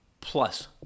plus